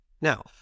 Now